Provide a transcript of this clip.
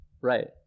right